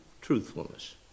Truthfulness